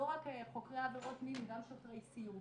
לא רק חוקרי עבירות מין גם שוטרי סיור.